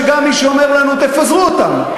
שגם מי שאומר לנו: תפזרו אותם,